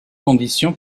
condition